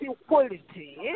equality